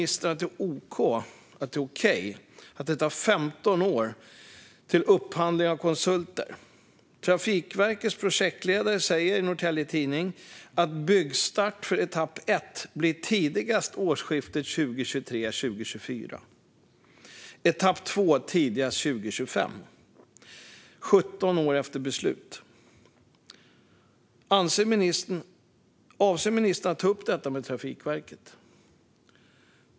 Anser ministern att det är okej att det tar 15 år till upphandling av konsulter? Trafikverkets projektledare säger i Norrtelje Tidning att byggstart för etapp 1 blir tidigast årsskiftet 2023/24. Etapp 2 blir tidigast 2025. Det är 17 år efter beslut. Avser ministern att ta upp detta med Trafikverket?